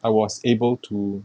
I was able to